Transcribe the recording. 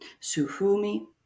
Suhumi